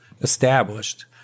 established